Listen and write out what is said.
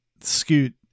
scoot